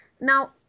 Now